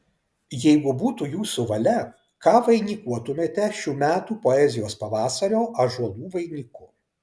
jeigu būtų jūsų valia ką vainikuotumėte šių metų poezijos pavasario ąžuolų vainiku